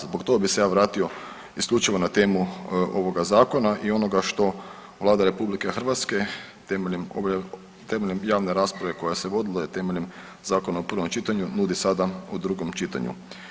Zbog toga bi se ja vratio isključivo na temu ovoga zakona i onoga što Vlada RH temeljem javne rasprave koja se vodila i temeljem zakona u prvom čitanju nudi sada u drugom čitanju.